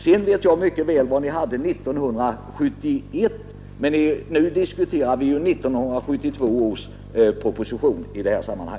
Jag vet mycket väl vilka förslag ni hade 1971, men nu diskuterar vi 1972 års proposition.